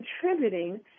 contributing